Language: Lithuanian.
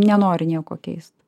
nenori nieko keist